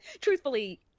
truthfully